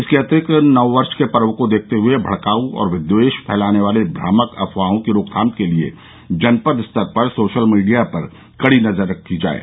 इसके अतिरिक्त नव वर्ष के पर्व को देखते हुए भड़काऊ और विद्वेष फैलाने वाली भ्रामक अफवाहों की रोकथाम के लिये जनपद स्तर पर सोशल मीडिया पर कड़ी नजर रखी जाये